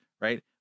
right